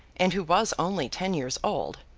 and who was only ten years old,